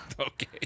Okay